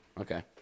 Okay